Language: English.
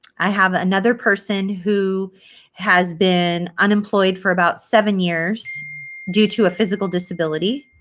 i have another person who has been unemployed for about seven years due to a physical disability.